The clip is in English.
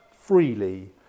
freely